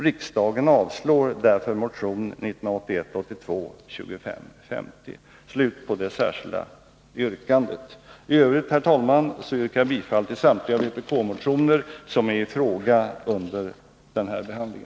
Riksdagen bör därför avslå motion 1981/82:2550.” I övrigt, herr talman, yrkar jag bifall till samtliga vpk-motioner som är i fråga under detta ärendes behandling.